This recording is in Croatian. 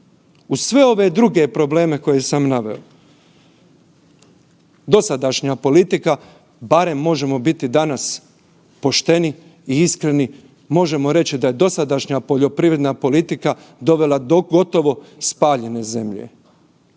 Uz sve ove druge probleme koje sam naveo dosadašnja politika barem možemo biti danas pošteni i iskreni, možemo reći da je dosadašnja poljoprivredna politika dovela do gotovo spaljene zemlje.